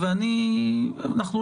זה